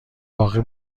باقی